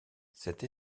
cette